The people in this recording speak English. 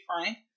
frank